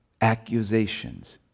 accusations